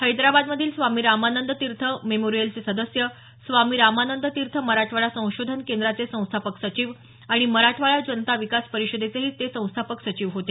हैदराबादमधील स्वामी रामानंद तीर्थ मेमोरियलचे सदस्य स्वामी रामानंद तीर्थ मराठवाडा संशोधन केंद्राचे संस्थापक सचिव आणि मराठवाडा जनता विकास परिषदेचेही ते संस्थापक सचिव होते